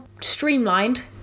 streamlined